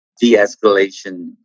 de-escalation